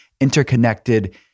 interconnected